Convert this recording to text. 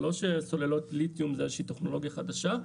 זה לא שסוללות ליתיום זאת איזושהי טכנולוגיה חדשה,